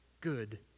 good